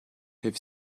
have